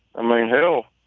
i mean, hell,